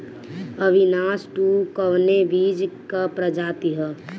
अविनाश टू कवने बीज क प्रजाति ह?